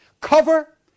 Cover